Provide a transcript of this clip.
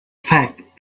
fact